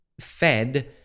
fed